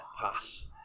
pass